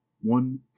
one